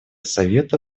совета